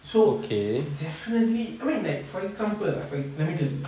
so definitely I mean like for example let me tell you